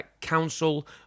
council